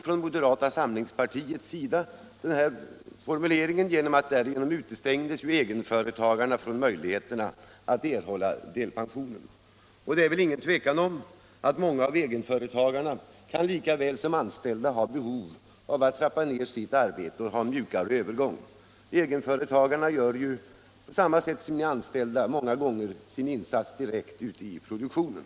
Från moderata samlingspartiets sida kritiserade vi redan då detta krav, eftersom egenföretagarna därigenom utestängdes från möjligheten att erhålla delpension. Det råder väl inget tvivel om att egenföretagare, lika väl som anställda, kan ha behov av att trappa ned sitt arbete och få en mjukare övergång från arbetslivet. Egenföretagarna gör ju, på samma sätt som de anställda, många gånger en insats direkt ute i produktionen.